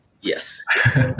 Yes